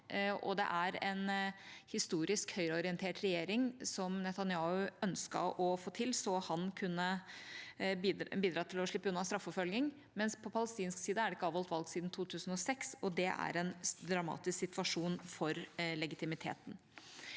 det er en historisk høyreorientert regjering, som Netanyahu ønsket å få til så han kunne slippe unna straffeforfølging, mens det på palestinsk side ikke er avholdt valg siden 2006, og det er en dramatisk situasjon for legitimiteten.